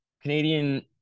Canadian